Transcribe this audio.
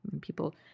people